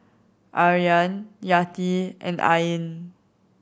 Aryan Yati and Ain